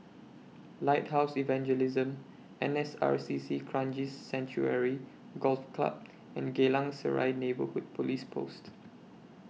Lighthouse Evangelism N S R C C Kranji Sanctuary Golf Club and Geylang Serai Neighbourhood Police Post